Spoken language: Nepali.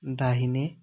दाहिने